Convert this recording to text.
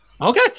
Okay